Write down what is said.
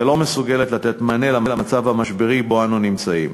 ולא מסוגלת לתת מענה למצב המשברי שבו אנו נמצאים.